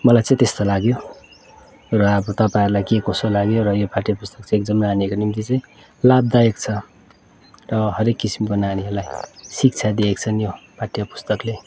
मलाई चाहिँ त्यस्तो लाग्यो र अब तपाईँहरूलाई के कसो लाग्यो यो पाठ्य पुस्तक चाहिँ नानीहरको निम्ति चाहिँ लाभदायक छ र हरेक किसिमको नानीहरूलाई शिक्षा दिएको छन् यो पाठ्यपुस्तकले